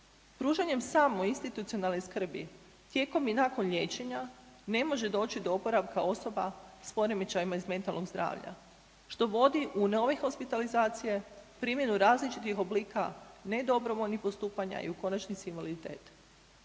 Pružanjem samo institucionalne skrbi tijekom i nakon liječenja, ne može doći do oporavka osoba s poremećajima iz mentalnog zdravlja, što vodi u nove hospitalizacije, primjenu različitih oblika nedobrovoljnih postupanja i u konačnici, invaliditeta.